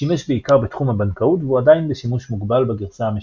שימש בעיקר בתחום הבנקאות והוא עדיין בשימוש מוגבל ב-גרסה המשולשת.